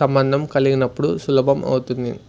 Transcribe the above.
సంబంధం కలిగినప్పుడు సులభం అవుతుంది